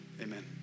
Amen